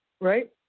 Right